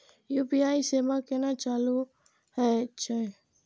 UPI सेवा केना चालू है छै?